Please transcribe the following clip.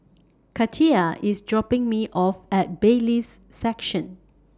Katia IS dropping Me off At Bailiffs' Section